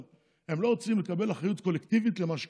אבל הם לא רוצים לקבל אחריות קולקטיבית למה שקורה.